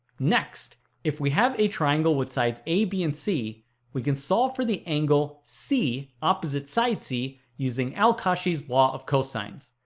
next if we have a triangle with sides a, b and c we can solve for the angle c opposite side c using al-kashi's law of cosines